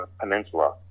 Peninsula